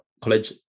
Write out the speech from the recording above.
college